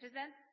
den.